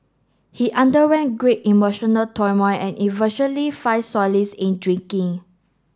he underwent great emotional turmoil and eventually find solace in drinking